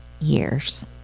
years